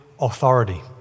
authority